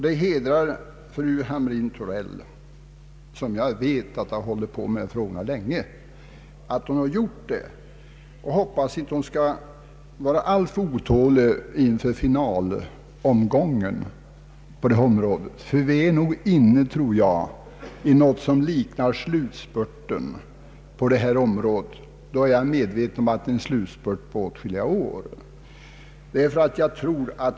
Det hedrar fru Hamrin-Thorell att hon har ägnat sig åt frågan så länge, och jag hoppas att hon inte skall vara alltför otålig inför finalomgången på detta område. Jag tror nämligen att vi är inne i vad som kan liknas vid en slutspurt — en slutspurt på åtskilliga år.